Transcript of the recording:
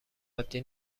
عادی